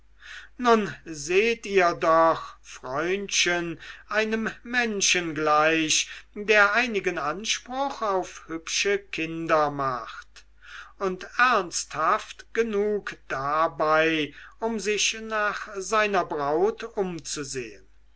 nun seht ihr doch freundchen einem menschen gleich der einigen anspruch auf hübsche kinder macht und ernsthaft genug dabei um sich nach einer braut umzusehn